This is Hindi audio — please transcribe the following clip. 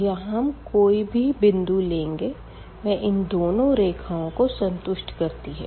तो यहाँ हम कोई भी बिंदु लेंगे वह इन दोनों रेखाओं को संतुष्ट करती है